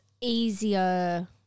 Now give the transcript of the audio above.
easier